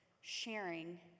sharing